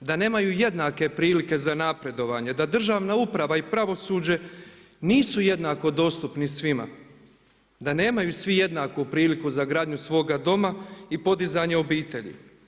Da nemaju jednake prilike za napredovanje, da državna uprava i pravosuđe nisu jednako dostupni svima, da nemaju svi jednaku priliku za gradnju svoga doma i podizanje obitelji.